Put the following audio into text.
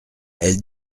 elles